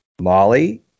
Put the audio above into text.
Molly